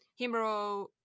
Himuro